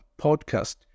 podcast